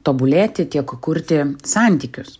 tobulėti tiek kurti santykius